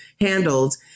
handled